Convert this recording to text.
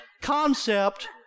concept